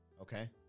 okay